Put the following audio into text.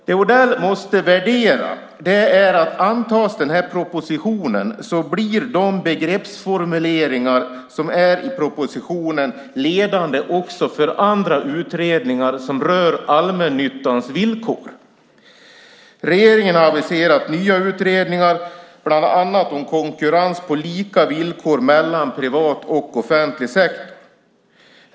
Det Odell måste värdera är att om den här propositionen antas blir de begreppsformuleringar som finns i propositionen ledande också för andra utredningar som rör allmännyttans villkor. Regeringen har aviserat nya utredningar, bland annat om konkurrens på lika villkor mellan privat och offentlig sektor.